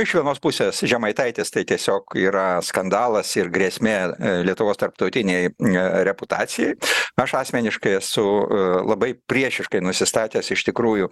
iš vienos pusės žemaitaitis tai tiesiog yra skandalas ir grėsmė lietuvos tarptautinei reputacijai aš asmeniškai esu labai priešiškai nusistatęs iš tikrųjų